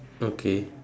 okay